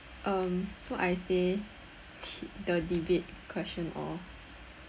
um so I say t~ the debate question all